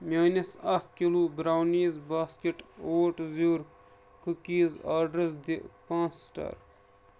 میٲنِس اکھ kilo brownies basket اوٹ زیُر کُکیٖز آرڈرس دِ پانٛژھ سٹار